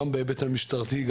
גם בהיבטי המשטרתי,